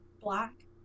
black